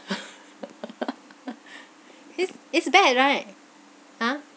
is is bad right !huh!